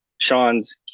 Sean's